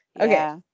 Okay